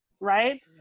Right